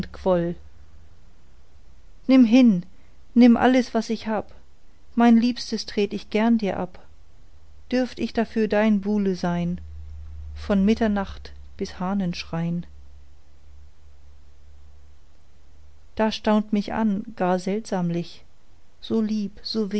nimm hin nimm alles was ich hab mein liebstes tret ich gern dir ab dürft ich dafür dein buhle sein von mitternacht bis hahnenschrein da staunt mich an gar seltsamlich so lieb so